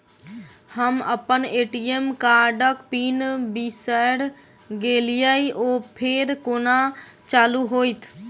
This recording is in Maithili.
हम अप्पन ए.टी.एम कार्डक पिन बिसैर गेलियै ओ फेर कोना चालु होइत?